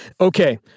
Okay